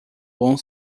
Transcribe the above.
bom